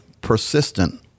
persistent